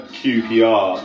qpr